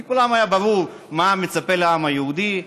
כי לכולם היה ברור מה מצפה לעם היהודי.